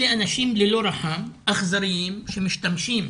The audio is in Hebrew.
אלה אנשים ללא רחם, אכזריים, שמשתמשים